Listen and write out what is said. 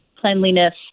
cleanliness